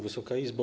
Wysoka Izbo!